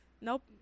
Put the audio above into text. nope